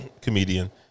comedian